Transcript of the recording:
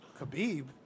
Khabib